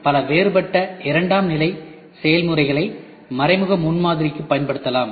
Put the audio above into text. பல வேறுபட்ட இரண்டாம்நிலை செயல்முறைகளை மறைமுக முன்மாதிரிக்கு பயன்படுத்தலாம்